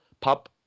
pub